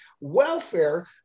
welfare